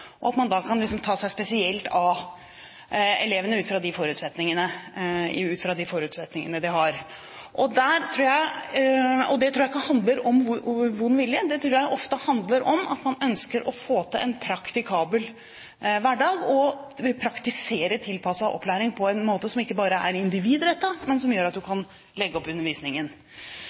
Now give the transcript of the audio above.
og at man da kan ta seg spesielt av elevene ut fra de forutsetningene de har. Det tror jeg ikke handler om vond vilje, det tror jeg ofte handler om at man ønsker å få til en praktikabel hverdag og praktisere tilpasset opplæring på en måte som ikke bare er individrettet, men som gjør at man kan legge opp undervisningen.